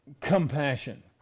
compassion